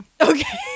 Okay